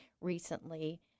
recently